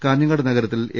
കാഞ്ഞങ്ങാട് നഗരത്തിൽ എ